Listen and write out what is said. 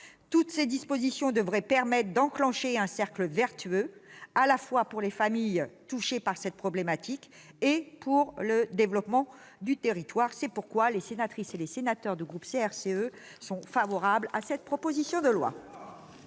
toutes ces dispositions devraient permettre d'enclencher un cercle vertueux pour les familles touchées par cette problématique comme pour le développement du territoire. C'est pourquoi les sénatrices et sénateurs du groupe CRCE voteront en faveur de cette proposition de loi.